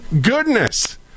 goodness